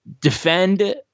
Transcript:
defend